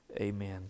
Amen